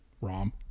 Rom